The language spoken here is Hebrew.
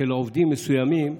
בעובדים מסוימים,